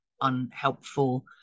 unhelpful